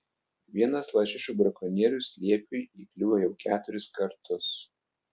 vienas lašišų brakonierius liepiui įkliuvo jau keturis kartus